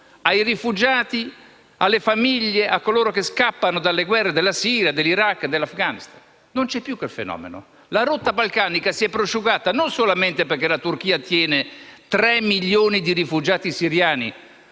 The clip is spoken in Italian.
dei rifugiati, delle famiglie e di coloro che scappano dalle guerre della Siria, dell'Iraq e dell'Afghanistan. Quel fenomeno non esiste più. La rotta balcanica si è prosciugata e non solamente perché la Turchia tiene tre milioni di rifugiati siriani.